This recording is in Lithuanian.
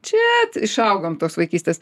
čia išaugom tuos vaikystės